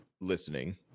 listening